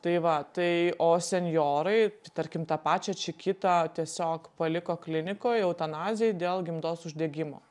tai va tai o senjorai tarkim tą pačią čikitą tiesiog paliko klinikoj eutanazijai dėl gimdos uždegimo